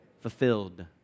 Fulfilled